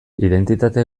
identitate